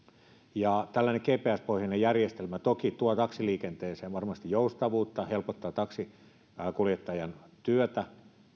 tällainen gps pohjainen järjestelmä toki tuo taksiliikenteeseen varmasti joustavuutta helpottaa taksinkuljettajan työtä